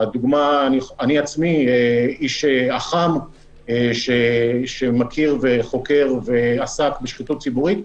אני עצמי איש אח"ם שמכיר וחוקר ועסק בשחיתות ציבורית,